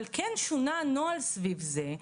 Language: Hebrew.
אבל כן שונה הנוהל סביב זה.